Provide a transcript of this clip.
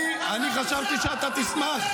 אני חשבתי שאתה תשמח.